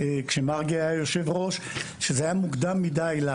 כשמרגי היה יושב-ראש ועדת החינוך,